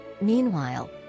Meanwhile